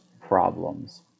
problems